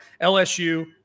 LSU